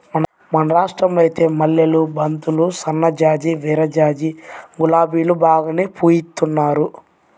మన రాష్టంలో ఐతే మల్లెలు, బంతులు, సన్నజాజి, విరజాజి, గులాబీలు బాగానే పూయిత్తున్నారు